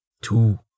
Two